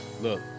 look